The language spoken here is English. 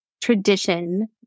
tradition